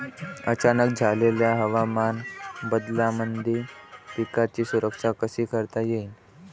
अचानक झालेल्या हवामान बदलामंदी पिकाची सुरक्षा कशी करता येईन?